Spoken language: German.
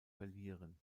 verlieren